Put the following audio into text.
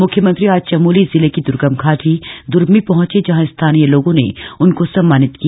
मुख्यमंत्री आज चमोली जिले की दर्गम घाटी दर्मी पहंचे जहां स्थानीय लोगों ने उनको सम्मानित किया